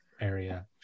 area